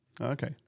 Okay